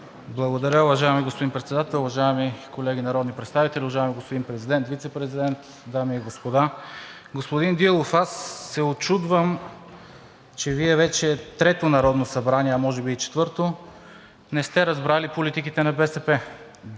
Благодаря, уважаеми господин Председател. Уважаеми колеги народни представители, уважаеми господин Президент, Вицепрезидент, дами и господа! Господин Дилов, учудвам се, че Вие вече трето Народно събрание, а може би и четвърто, не сте разбрали политиките на БСП.